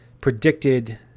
predicted